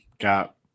got